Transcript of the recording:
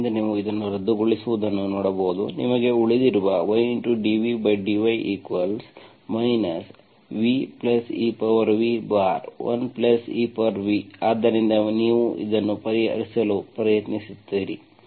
ಆದ್ದರಿಂದ ನೀವು ಇದನ್ನು ರದ್ದುಗೊಳಿಸುವುದನ್ನು ನೋಡಬಹುದು ನಿಮಗೆ ಉಳಿದಿರುವುದು ydvdy vev1ev ಆದ್ದರಿಂದ ನೀವು ಇದನ್ನು ಪರಿಹರಿಸಲು ಬಯಸುತ್ತೀರಿ